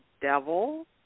devil